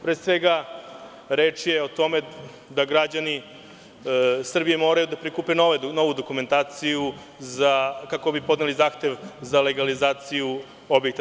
Pre svega, reč je o tome da građani Srbije moraju da prikupe novu dokumentaciju kako bi podneli zahtev za legalizaciju objekta.